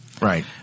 Right